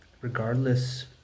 regardless